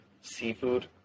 seafood